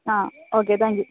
okay thank you